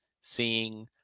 seeing